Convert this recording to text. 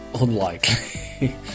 Unlikely